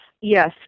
yes